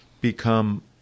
become